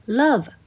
love